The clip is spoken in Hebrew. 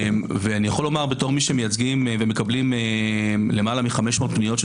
ואני יכול לומר בתור מי שמקבלים ומייצגים למעלה מ-500 פניות של